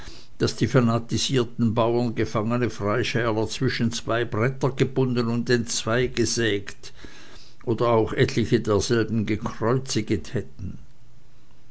daß die fanatisierten bauern gefangene freischärler zwischen zwei bretter gebunden und entzweigesägt oder auch etliche derselben gekreuziget hätten